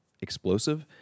explosive